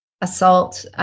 assault